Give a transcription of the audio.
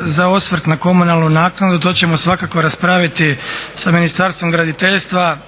za osvrt na komunalnu naknadu to ćemo svakako raspraviti sa Ministarstvom graditeljstva